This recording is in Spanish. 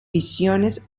visiones